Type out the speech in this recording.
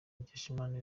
mukeshimana